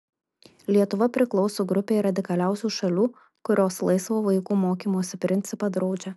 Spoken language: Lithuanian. lietuva priklauso grupei radikaliausių šalių kurios laisvo vaikų mokymosi principą draudžia